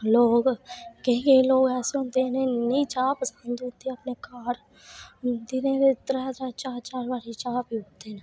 लोग केईं केईं लोग ऐसे होंदे मि चाह् पसंद चार चार बारी चा पी ओड़ी दी